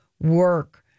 work